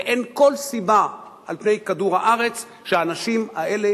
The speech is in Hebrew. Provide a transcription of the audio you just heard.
ואין כל סיבה על פני כדור-הארץ שהאנשים האלה